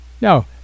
No